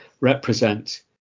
represent